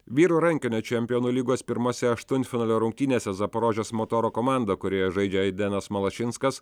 vyrų rankinio čempionų lygos pirmose aštuntfinalio rungtynėse zaporožės motoro komanda kurioje žaidžia aidenas malašinskas